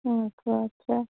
थोड़ा अच्छा